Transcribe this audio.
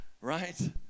right